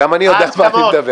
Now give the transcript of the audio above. גם אני יודע מה אני מדבר.